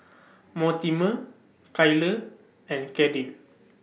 Mortimer Kyler and Kadyn